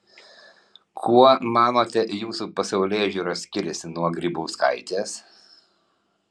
kuo manote jūsų pasaulėžiūra skiriasi nuo grybauskaitės